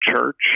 church